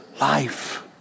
life